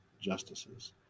justices